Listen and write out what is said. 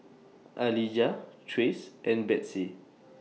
Alijah Trace and Betsey